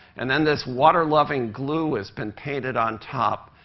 and then this water-loving glue has been painted on top.